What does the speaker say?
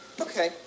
Okay